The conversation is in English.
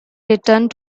returned